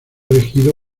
elegido